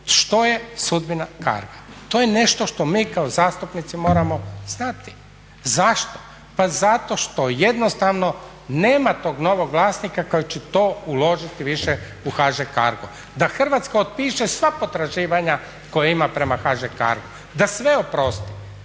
što je sudbina Carga. To je nešto što mi kao zastupnici moramo znati. Zašto? Pa zato što jednostavno nema tog novog vlasnika koji će to uložiti više u HŽ Cargo. Da Hrvatska opiše sva potraživanja koja ima prema HŽ Cargu, da sve oprosti